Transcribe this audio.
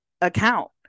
account